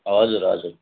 हजुर हजुर